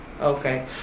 Okay